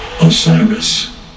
Osiris